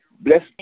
Bless